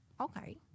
okay